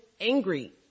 angry